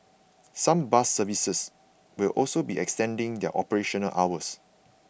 some bus services will also be extending their operational hours